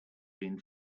been